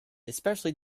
especially